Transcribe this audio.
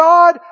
God